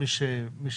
שיקבל מייל,